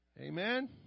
Amen